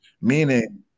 meaning